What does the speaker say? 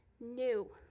new